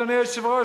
אדוני היושב-ראש,